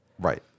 right